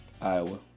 Iowa